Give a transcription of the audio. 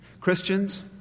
Christians